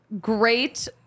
great